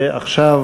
ועכשיו